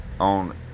on